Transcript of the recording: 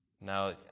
Now